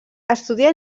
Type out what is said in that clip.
estudià